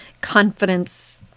confidence